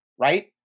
Right